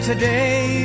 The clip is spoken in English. today